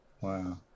wow